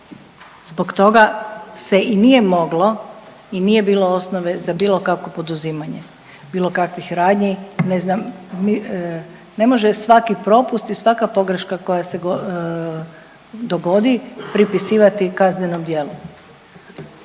Zbog toga se i nije moglo i nije bilo osnove za bilo kakvo poduzimanje bilo kakvih radnji. Ne znam, ne može svaki propust i svaka pogreška koja se dogodi pripisivati kaznenom djelu.